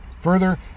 further